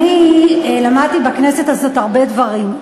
אני למדתי בכנסת הזאת הרבה דברים,